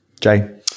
jay